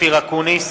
אופיר אקוניס,